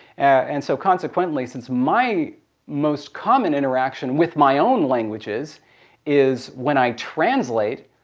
and so consequently since my most common interaction with my own languages is when i translate,